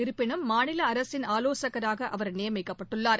இருப்பினும் மாநில அரசின் ஆலோசகராக அவர் நியமிக்கப்பட்டுள்ளார்